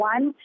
One